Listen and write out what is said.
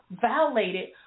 violated